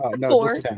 four